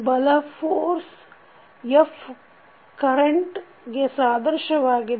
ಬಲ F current ಗೆ ಸಾದೃಶ್ಯವಾಗಿದೆ